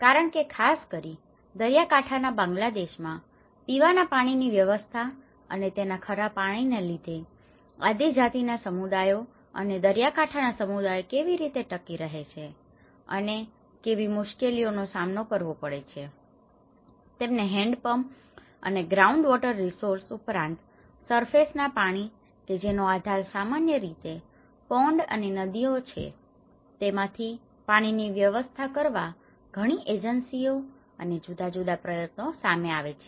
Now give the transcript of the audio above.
કારણ કે ખાસકરીને દરિયાકાંઠાના બાંગ્લાદેશ માં પીવાના પાણીની વ્યવસ્થા અને તેના ખરાપણા ને લીધે આદિજાતિ ના સમુદાયો અને દરિયાકાંઠા ના સમુદાયો કેવી રીતે ટકી રહે છે અને કેવી મુશ્કેલીઓનો સામનો કરવો પડે છે તેથી તેમને હેન્ડપંપ અને ગ્રાઉન્ડવોટર રીસોર્સીસ ઉપરાંત સરફેસ ના પાણી કે જેનો આધાર સામાન્યરીતે પોન્ડ અને નદીઓ છે તેમાંથી પાણીની વ્યવસ્થા કરવા ઘણી એજન્સીઓ અને જુદાજુદા પ્રયત્નો સામે આવે છે